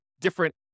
different